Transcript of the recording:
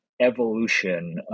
evolution